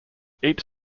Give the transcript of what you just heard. each